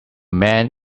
man